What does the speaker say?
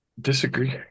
disagree